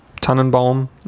Tannenbaum